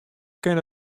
kin